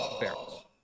barrels